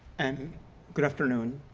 and good afternoon,